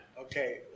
Okay